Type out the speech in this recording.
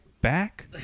back